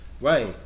Right